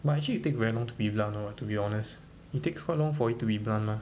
but actually you take very long to be blunt lor to be honest you take how long for it to be blunt